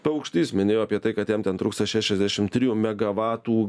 paukštys minėjo apie tai kad jam ten trūksta šešiasdešim trijų megavatų